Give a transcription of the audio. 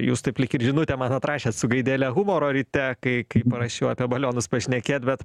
jūs taip lyg ir žinutę man atrašėt su gaidele humoro ryte kai kai parašiau apie balionas pašnekėt bet